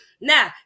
Now